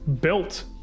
built